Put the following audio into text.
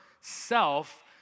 self